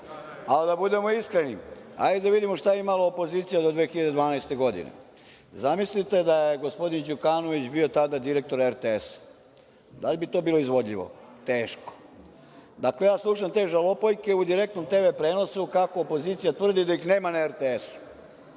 N1. Da budemo iskreni, hajde da vidimo šta je imala opozicija do 2012 godine. Zamislite da je gospodin Đukanović bio tada direktor RTS-a. Da li bi to bilo izvodljivo? Teško. Dakle, ja slušam te žalopojke u direktnom TV prenosu kako opozicija tvrdi da ih nema na RTS-u.